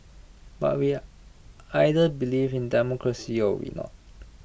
but we are either believe in democracy or we not